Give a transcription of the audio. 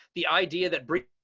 the idea that bridge.